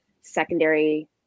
secondary